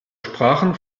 sprachen